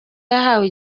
yahawe